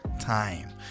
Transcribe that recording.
time